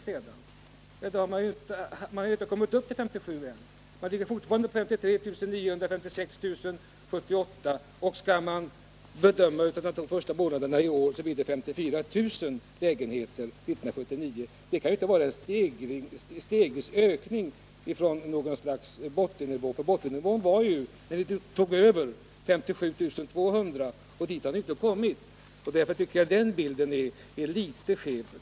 Men man har ännu inte kommit upp till 57 000 lägenheter utan ligger fortfarande vid 53 900; och för år 1978 var siffran 56 000. Skall man gå efter resultatet under de första månaderna i år kommer det att byggas 54 000 lägenheter under 1979. Detta kan inte vara någon stegvis ökning från något slags bottennivå, eftersom denna var 57 200 när ni tog över regeringsansvaret. Den siffran har ni ännu inte uppnått. Därför tycker jag att den bild ni ger är litet skev.